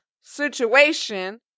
situation